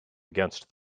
against